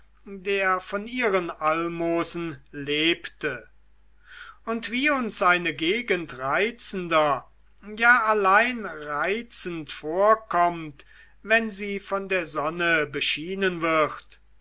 der von ihren almosen lebte und wie uns eine gegend reizender ja allein reizend vorkommt wenn sie von der sonne beschienen wird